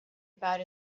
about